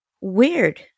Weird